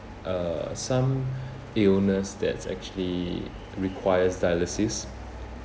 uh some illness that actually requires dialysis